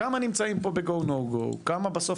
כמה נמצאים פה ב-"go/no go" כמה בסוף